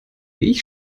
ich